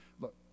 look